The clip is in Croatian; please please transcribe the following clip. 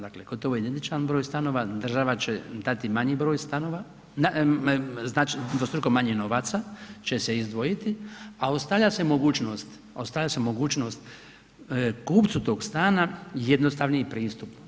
Dakle gotovo identičan broj stanova država će dati manji broj stanova, znači dvostruko manje novaca će se izdvojiti a ostavlja se mogućnost, ostavlja se mogućnost kupcu tog stana jednostavniji pristup.